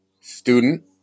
student